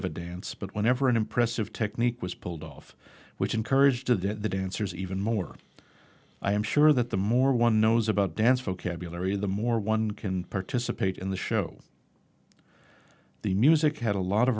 of a dance but whenever an impressive technique was pulled off which encouraged that the dancers even more i am sure that the more one knows about dance vocabulary the more one can participate in the show the music had a lot of